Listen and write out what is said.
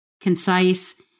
concise